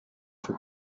for